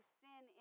sin